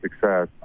success